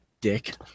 dick